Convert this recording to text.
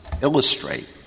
illustrate